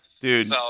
Dude